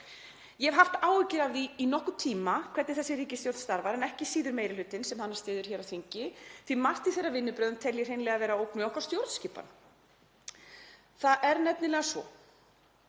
Ég hef haft áhyggjur af því í nokkurn tíma hvernig þessi ríkisstjórn starfar en ekki síður meiri hlutinn sem hana styður hér á þingi því að margt í þeirra vinnubrögðum tel ég hreinlega vera ógn við okkar stjórnskipan. Það er nefnilega svo